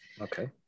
Okay